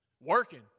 working